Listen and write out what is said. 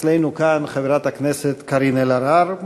אצלנו כאן, חברת הכנסת קארין אלהרר.